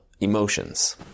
emotions